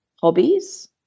hobbies